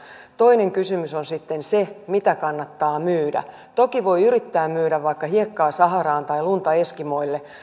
toinen kysymys on sitten se mitä kannattaa myydä toki voi yrittää myydä vaikka hiekkaa saharaan tai lunta eskimoille